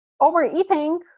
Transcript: overeating